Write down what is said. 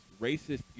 Racist